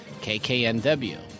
KKNW